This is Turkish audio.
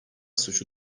suçu